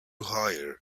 hire